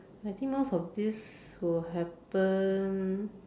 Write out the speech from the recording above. I think most of this will happen